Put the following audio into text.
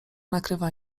nakrywa